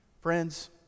friends